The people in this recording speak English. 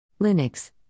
linux